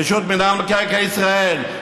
רשות מקרקעי ישראל.